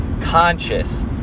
conscious